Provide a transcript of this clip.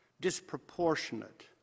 disproportionate